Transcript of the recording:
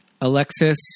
Alexis